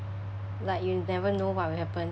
like you never know what will happen